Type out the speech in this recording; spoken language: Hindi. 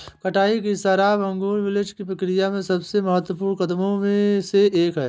कटाई की शराब अंगूर विंटेज की प्रक्रिया में सबसे महत्वपूर्ण कदमों में से एक है